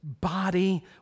body